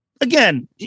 again